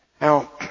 Now